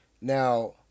Now